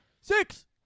Six